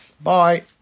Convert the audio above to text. Bye